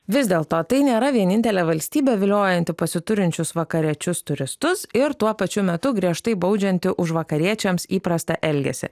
vis dėl to tai nėra vienintelė valstybė viliojanti pasiturinčius vakariečius turistus ir tuo pačiu metu griežtai baudžianti už vakariečiams įprastą elgesį